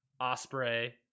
Osprey